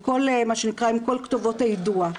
עם כל כתובות היידוע.